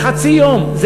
זה חצי יום,